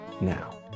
now